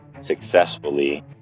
successfully